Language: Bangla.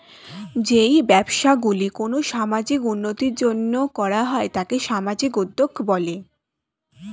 যেই ব্যবসাগুলি কোনো সামাজিক উন্নতির জন্য করা হয় তাকে সামাজিক উদ্যোগ বলে